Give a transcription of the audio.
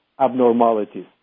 abnormalities